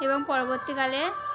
এবং পরবর্তী কালে